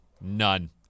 None